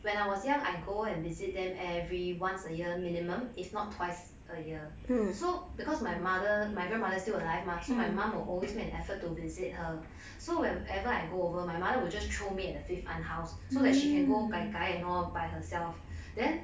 when I was young I go and visit them every once a year minimum if not twice a year so because my mother my grandmother still alive mah so my mum will always make an effort to visit her so whenever I go over my mother would just throw me at the fifth aunt house so she can go gai gai and all by herself then